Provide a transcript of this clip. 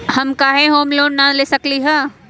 हम काहे home loan न ले सकली ह?